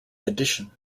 addition